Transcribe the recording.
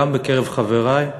גם בקרב חברי,